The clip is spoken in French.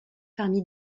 parmi